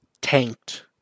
tanked